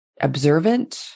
observant